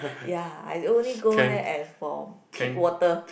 ya I only go there as for kick water